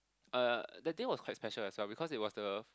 uh that day was quite special as well because it was the